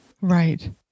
Right